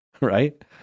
right